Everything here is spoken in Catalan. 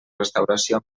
restauració